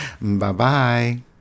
bye-bye